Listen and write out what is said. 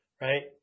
right